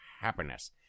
happiness